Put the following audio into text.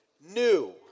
new